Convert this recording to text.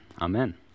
Amen